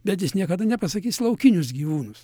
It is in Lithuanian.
bet jis niekada nepasakys laukinius gyvūnus